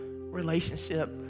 relationship